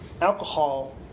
alcohol